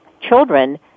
children